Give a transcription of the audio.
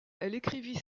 écrivit